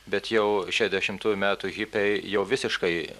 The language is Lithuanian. bet jau šešiasdešimtųjų metų hipiai jau visiškai